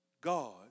God